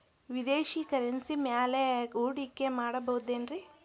ವಿದೇಶಿ ಕರೆನ್ಸಿ ಮ್ಯಾಲೆ ಹೂಡಿಕೆ ಮಾಡಬಹುದೇನ್ರಿ?